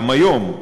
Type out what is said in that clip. גם היום,